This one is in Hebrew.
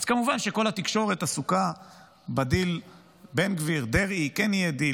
כמובן שכל התקשורת עסוקה בדיל בין בן גביר לדרעי כן יהיה דיל,